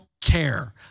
care